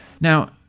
Now